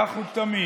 כך הוא תמיד,